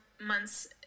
months